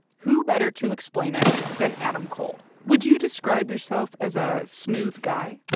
who better to explain it than adam cole? would you describe yourself as a smooth guy?